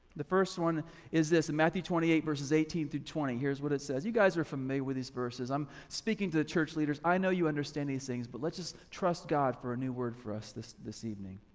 the first one is this, matthew twenty eight verses eighteen through twenty. here's what it says. you guys are familiar with these verses. i'm speaking to the church leaders. i know you understand these things but let's just trust god for a new word for us this this evening.